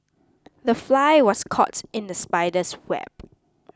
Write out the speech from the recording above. the fly was caught in the spider's web